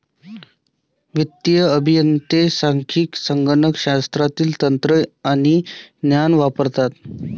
वित्तीय अभियंते सांख्यिकी, संगणक शास्त्रातील तंत्रे आणि ज्ञान वापरतात